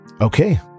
Okay